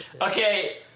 Okay